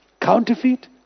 counterfeit